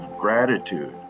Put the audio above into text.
gratitude